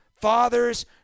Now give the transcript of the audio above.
fathers